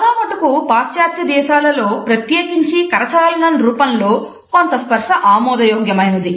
చాలా మటుకు పాశ్చాత్య దేశాలలో ప్రత్యేకించి కరచాలనం రూపంలో కొంత స్పర్శ ఆమోదయోగ్యమైనది